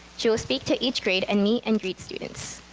she will speak to each grade and meet and greet students.